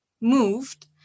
moved